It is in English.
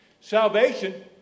Salvation